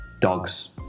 dogs